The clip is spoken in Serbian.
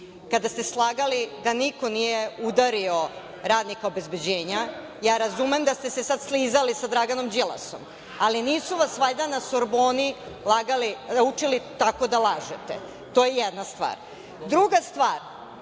kada ste slagali da niko nije udario radnika obezbeđenja. Razumem da ste se sada slizali sa Draganom Đilasom, ali nisu vas valjda na Sorbonu učili tako da lažete. To je jedna stvar. Druga stvar,